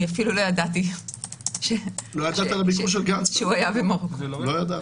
אפילו לא ידעתי שהוא היה במרוקו.